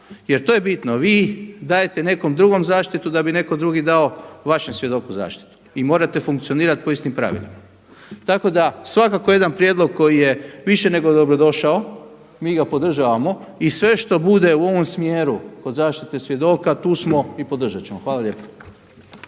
jer to je bitno. Vi dajete nekom drugom zaštitu da bi neko drugi dao vašem svjedoku zaštitu i morate funkcionirati po istim pravilima. Tako da svakako jedan prijedlog koji je više nego dobro došao, mi ga podržavamo i sve što bude u ovom smjeru kod zaštite svjedoka tu smo i podržat ćemo. Hvala lijepo.